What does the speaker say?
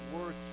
work